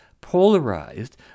Polarized